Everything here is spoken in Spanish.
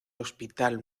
hospital